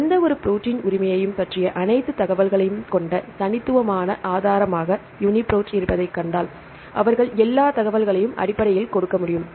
எந்தவொரு குறிப்பிட்ட ப்ரோடீன் உரிமையையும் பற்றிய அனைத்து தகவல்களையும் கொண்ட தனித்துவமான ஆதாரமாக யூனிபிரோட் இருப்பதைக் கண்டால் அவர்கள் எல்லா தகவல்களையும் அடிப்படையில் கொடுக்க முடியும்